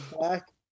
back